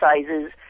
sizes